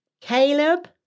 Caleb